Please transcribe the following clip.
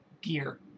gear